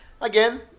again